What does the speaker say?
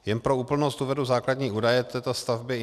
Jen pro úplnost uvedu základní údaje této stavby.